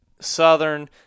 southern